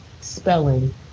spelling